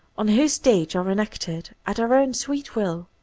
on whose stage are enacted, at our own sweet will,